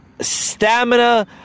stamina